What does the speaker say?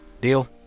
Deal